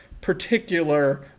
Particular